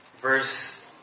verse